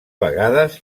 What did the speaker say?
vegades